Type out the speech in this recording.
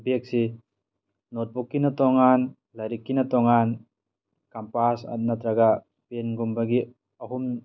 ꯕꯦꯛꯁꯤ ꯅꯣꯠꯕꯨꯛꯀꯤꯅ ꯇꯣꯉꯥꯟ ꯂꯥꯏꯔꯤꯛꯀꯤꯅ ꯇꯣꯉꯥꯟ ꯀꯝꯄꯥꯁ ꯅꯠꯇ꯭ꯔꯒ ꯄꯦꯟꯒꯨꯝꯕꯒꯤ ꯑꯍꯨꯝ